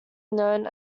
known